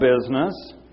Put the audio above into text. business